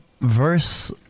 verse